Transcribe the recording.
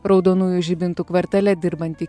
raudonųjų žibintų kvartale dirbanti